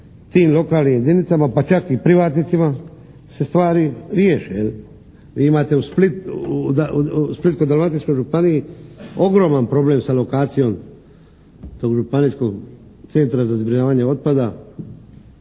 tim lokalnim jedinicama pa čak i privatnicima se stvari riješe. Vi imate u Split, u Splitsko-Dalmatinskoj županiji ogroman problem sa lokacijom, tog županijskog Centra za zbrinjavanje otpada